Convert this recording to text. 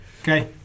Okay